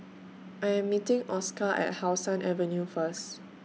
I Am meeting Oscar At How Sun Avenue First